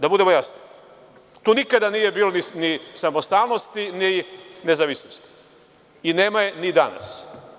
Da budemo jasni, tu nikada nije bilo ni samostalnosti, ni nezavisnosti i nema je i danas.